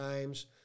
times